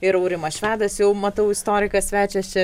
ir aurimas švedas jau matau istorikas svečias čia